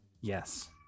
Yes